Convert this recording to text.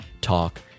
Talk